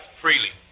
freely